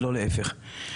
ולא להיפך.